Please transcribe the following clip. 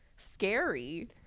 scary